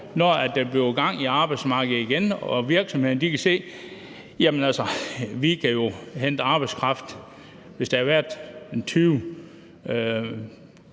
når der kommer gang i arbejdsmarkedet igen og virksomhederne kan se, at de kan hente udenlandsk arbejdskraft, hvis der har været